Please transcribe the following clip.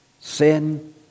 Sin